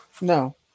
No